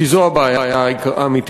כי זו הבעיה האמיתית.